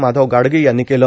माधव गाडगिळ यांनी केलं